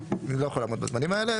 ואני לא יכול לעמוד בזמנים האלה,